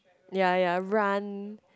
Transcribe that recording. ya ya run